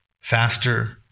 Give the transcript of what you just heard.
faster